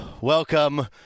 welcome